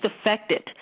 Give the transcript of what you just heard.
affected